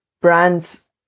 brands